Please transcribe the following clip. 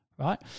right